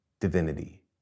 divinity